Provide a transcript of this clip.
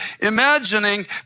imagining